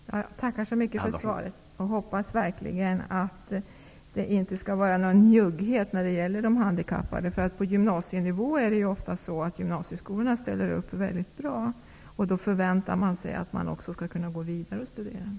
Herr talman! Jag tackar så mycket för svaret, och jag hoppas verkligen att det inte skall vara någon njugghet när det gäller de handikappade. Gymnasieskolorna ställer ofta upp mycket bra, och då förväntar sig de handikappade att de skall kunna gå vidare med studierna.